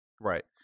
right